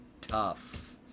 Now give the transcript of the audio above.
tough